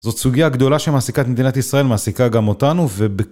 זאת סוגיה גדולה שמעסיקה את מדינת ישראל מעסיקה גם אותנו, וב...